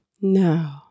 No